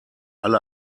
alle